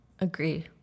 agree